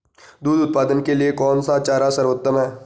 दूध उत्पादन के लिए कौन सा चारा सर्वोत्तम है?